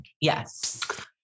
Yes